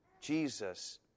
Jesus